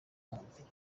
bafitiye